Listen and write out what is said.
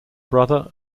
brother